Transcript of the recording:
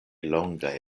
longaj